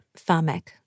pharmac